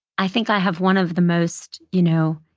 i think i have one of the most, you know,